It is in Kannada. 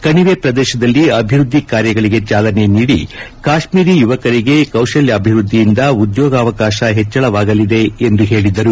ಕಣಿವೆ ಪ್ರದೇಶದಲ್ಲಿ ಅಭಿವೃದ್ಧಿ ಕಾರ್ಯಗಳಿಗೆ ಚಾಲನೆ ನೀಡಿ ಕಾಶ್ಮೀರಿ ಯುವಕರಿಗೆ ಕೌಶಲ್ಕಾಭಿವೃದ್ಧಿಯಿಂದ ಉದ್ಯೋಗಾವಕಾಶ ಹೆಚ್ಚಳವಾಗಲಿದೆ ಎಂದು ಹೇಳಿದರು